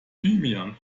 thymian